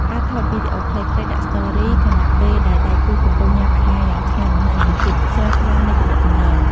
ការថតវីដេអូខ្លីៗ ដាក់ Story ខណៈពេលដែលដៃគូកំពុងញ៉ាំអាហារយ៉ាងឆ្ងាញ់ បង្ហាញពីភាពស្រស់ថ្លានៃទំនាក់ទំនង។